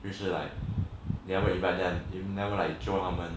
you should like never invite them never like chio 他们